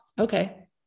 okay